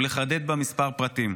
ולחדד בו כמה פרטים.